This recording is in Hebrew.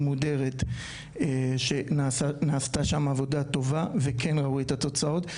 מודרת שנעשתה שם עבודה טובה וכן ראו את התוצאות.